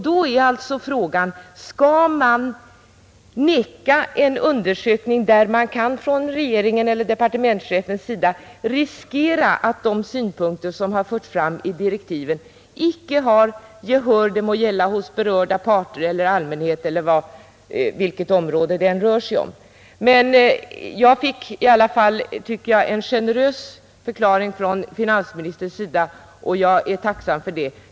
Då är alltså frågan: Skall man stoppa en undersökning, om man från departementschefens sida kan riskera att de synpunkter som har förts fram i direktiven icke har gehör hos berörda parter, hos allmänheten eller vilka det nu gäller? Men jag fick i alla fall, tycker jag, en generös förklaring av finansministern, och jag är tacksam för det.